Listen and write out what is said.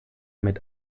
mit